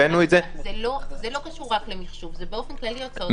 זה לא קשור רק למחשוב, זה הוצאות באופן כללי.